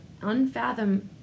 unfathom